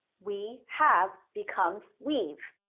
we have become we've.